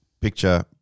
picture